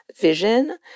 vision